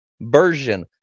version